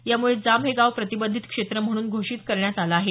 यामुळे जांब हे गाव प्रतिबंधीत क्षेत्र म्हणून घोषित करण्यात आलं आहे